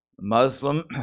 Muslim